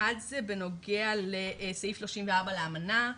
אחד זה בנוגע לסעיף 34 לאמנה,